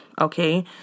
okay